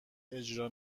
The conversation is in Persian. اجرا